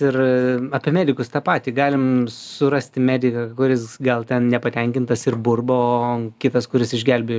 ir apie medikus tą patį galim surasti mediką kuris gal ten nepatenkintas ir burba o kitas kuris išgelbėjo